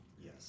Yes